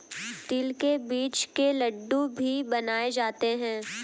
तिल के बीज के लड्डू भी बनाए जाते हैं